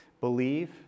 Believe